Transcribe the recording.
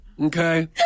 okay